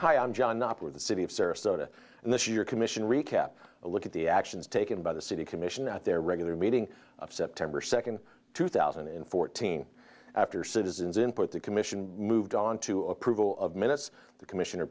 hi i'm john up with the city of sarasota and this year commission recap a look at the actions taken by the city commission at their regular meeting of september second two thousand and fourteen after citizens input the commission moved on to approval of minutes the commissioner